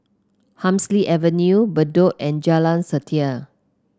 Hemsley Avenue Bedok and Jalan Setia